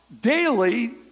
daily